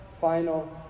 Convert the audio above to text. final